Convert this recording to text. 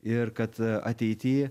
ir kad ateity